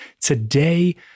Today